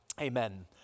Amen